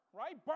right